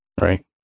right